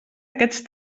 aquests